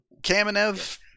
Kamenev